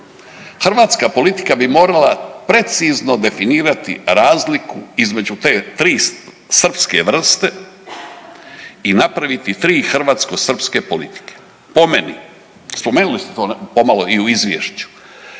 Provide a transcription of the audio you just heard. Hrvatska politika bi morala precizno definirati razliku između te tri srpske vrste i napraviti tri hrvatsko-srpske politike. Po meni, spomenuli ste to pomalo i u Izvješću,